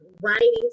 writing